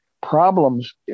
problems